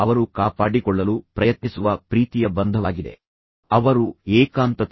ಇದು ಕೇವಲ ಅವನ ಮಗನಿಗೆ ಪ್ರದರ್ಶನ ನೀಡಲು ಸಾಧ್ಯವಾಗದ ಕಾರಣವೇ ಅಥವಾ ಅವನೊಳಗೆ ಏನಾದರೂ ಇದೆಯೇ